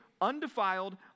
undefiled